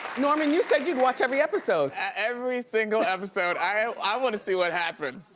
norman, you said you'd watch every episode. every single episode. i wanna see what happens.